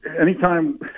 Anytime